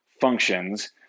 functions